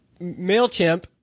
Mailchimp